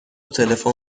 تلفن